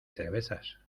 cervezas